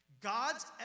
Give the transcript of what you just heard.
God's